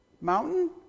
mountain